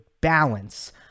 balance